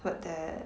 what their